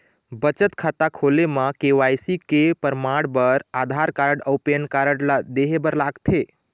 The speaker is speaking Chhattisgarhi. बचत खाता खोले म के.वाइ.सी के परमाण बर आधार कार्ड अउ पैन कार्ड ला देहे बर लागथे